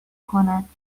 کند